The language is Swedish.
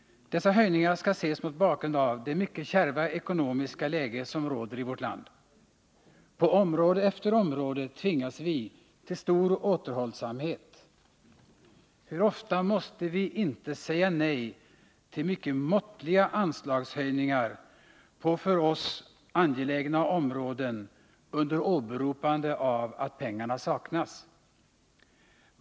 Dessa höjningar skall ses mot bakgrund av det mycket kärva ekonomiska läge som råder i vårt land. På område efter område tvingas vi till stor återhållsamhet. Hur ofta måste vi inte säga nej till mycket måttliga anslagshöjningar på för oss angelägna områden under åberopande av att pengarna saknas?